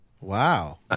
wow